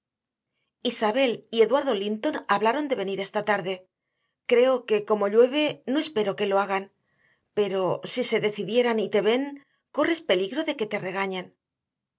isabel y eduardo linton hablaron de venir esta tarde claro que como llueve no espero que lo hagan pero si se decidieran y te ven corres peligro de que te regañen